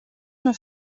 nur